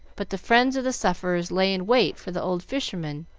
but the friends of the sufferers lay in wait for the old fisherman,